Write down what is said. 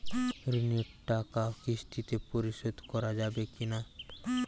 ঋণের টাকা কিস্তিতে পরিশোধ করা যাবে কি না?